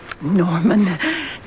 Norman